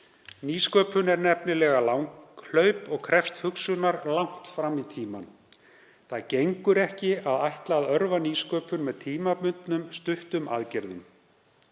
Nýsköpun er nefnilega langhlaup og krefst hugsunar langt fram í tímann. Það gengur ekki að ætla að örva nýsköpun með tímabundnum stuttum aðgerðum.